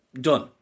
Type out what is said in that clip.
done